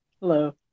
Hello